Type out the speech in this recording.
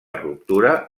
ruptura